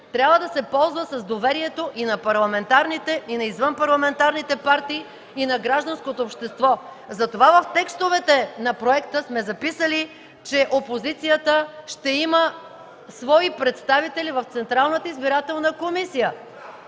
трябва да се ползва с доверието на парламентарните и на извънпарламентарните партии, и на гражданското общество. Затова в текстовете на проекта сме записали, че опозицията ще има свои представители в Централната избирателна комисия